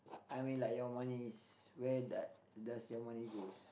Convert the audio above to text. I mean like your money is where da~ does your money goes